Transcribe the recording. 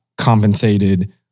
compensated